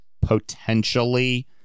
potentially